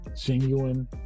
genuine